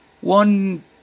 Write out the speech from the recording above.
one